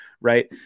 right